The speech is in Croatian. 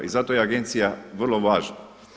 I zato je agencija vrlo važna.